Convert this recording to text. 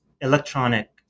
electronic